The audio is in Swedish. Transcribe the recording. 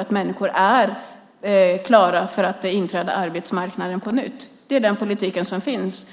Då ska människor vara klara att träda in på arbetsmarknaden på nytt. Det är den politik som finns.